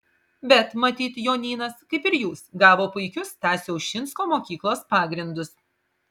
bet matyt jonynas kaip ir jūs gavo puikius stasio ušinsko mokyklos pagrindus